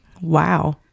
Wow